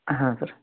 ಹಾಂ ಸರ್